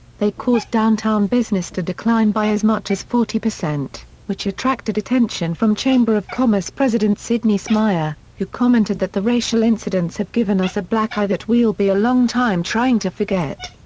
they caused downtown business to decline by as much as forty percent, which attracted attention from chamber of commerce president sidney smyer, who commented that the racial incidents have given us a black eye that we'll be a long time trying to forget.